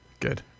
Good